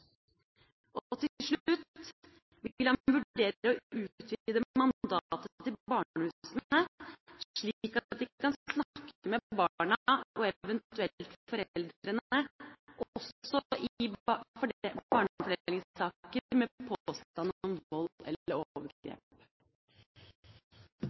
Vil han vurdere å utvide mandatet til barnehusene, slik at de kan snakke med barna og eventuelt foreldrene, også i barnefordelingssaker med påstand om vold eller